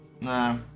nah